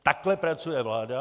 Takhle pracuje vláda.